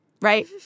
Right